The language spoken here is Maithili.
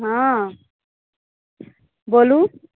हँ बोलू